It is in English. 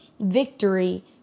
victory